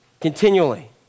continually